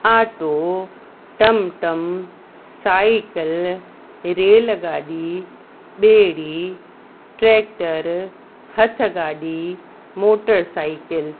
auto टम टम cycle rail गाॾी ॿेड़ी ट्रैक्टर हथ गाॾी मोटर साइकल